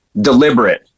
deliberate